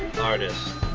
Artist